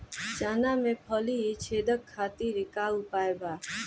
चना में फली छेदक खातिर का उपाय बा?